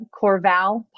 Corval